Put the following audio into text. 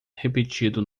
repetido